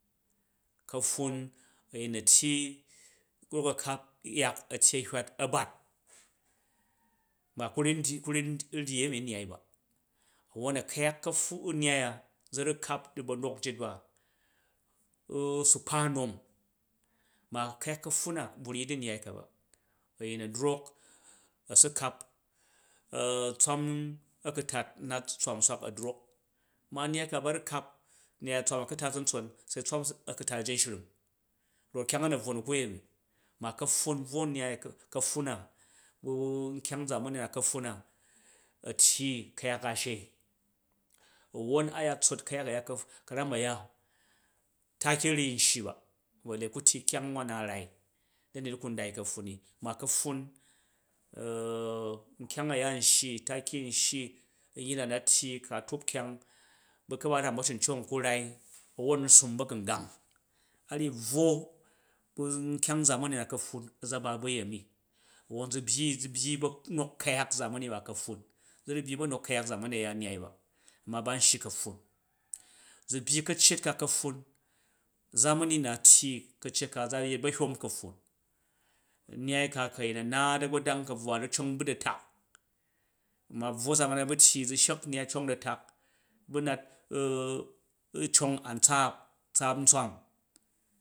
Ka̱pffun ayin a tyyi drok a kap ayak a tyyi a hywat abat ba ku u n dyyi ami nnyai ba, won akuyak kapffun, nnyai zura kap di banok njit ba wwon usa kpa nom, ma kuyak kapffun na bvu ryyi da nnyaika ba, ayin a drok a su kap tsoran akutat a nat tswam swak a drkm ma nnyai ka baru kap nyai tswam akutat atantson sai tswan akutat ajenshring, rof kyang a na bvwo ni u kuemi, ma kapffun bvo nnyai kapffun na bu nkyang nzaan ba na kapffun na a tyyi kuyak a shai, awwon a ya tsot u kuyak aya kaf, karam aya taki ra nshyi ba bali ku tyyi kyang wan na u rai du kun dai kapffun ni ma kapffun nkyang aya nshyi, taki nshyi nyyi na na tyyi ka tup kyang bu kabaram bauncong ku rai awon usum bagamgang a ryyi buwo nu nkyang zamani na kapffun aza ba bu ayemi, won zu byyi zu byyi ba̱nok ku̱yak zamani ba ka̱pffun yin byyi ba̱nok ku̱yak zamani a̱ya nnyai ba ma ba̱n shyi ka̱pffun, zu byyi ka̱ccet ka ka̱pffun, zamani na tyyi ka̱ccet ka a̱ za yet ba a̱hyam kapffun, nnyai ka ku a̱yin a naat a̱gbadang ka̱bvwa a ru cong budi a̱tak ma bvwo zamani na ba tyyi zu shak nyya u cong di a̱tak bu̱ natu cong an tsaap, tsaap ntswam